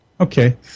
Okay